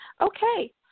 Okay